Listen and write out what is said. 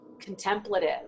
contemplative